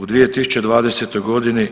U 2020. godini